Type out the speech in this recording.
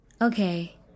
Okay